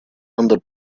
hundred